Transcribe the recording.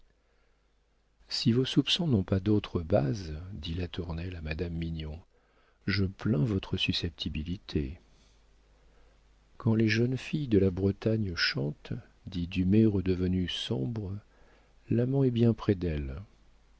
si vos soupçons n'ont pas d'autre base dit latournelle à madame mignon je plains votre susceptibilité quand les jeunes filles de la bretagne chantent dit dumay redevenu sombre l'amant est bien près d'elles